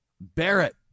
Barrett